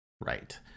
Right